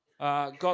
God